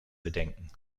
bedenken